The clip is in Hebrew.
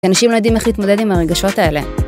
אנשים לא יודעים איך להתמודד עם הרגשות האלה.